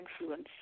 influence